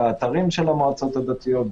באתרים של המועצות הדתיות,